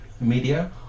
media